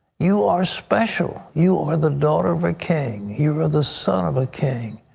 you are special. you are the daughter of a king. you are the son of a king.